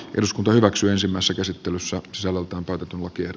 eduskunta hyväksyi ensimmäisen asettelussa saloltaan partymaker